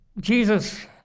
Jesus